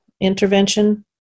intervention